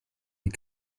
les